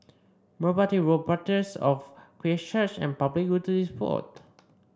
Merpati Road Parish of Christ Church and Public Utilities Board